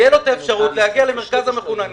יהיה לו את האפשרות להגיע למרכז המחוננים,